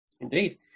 Indeed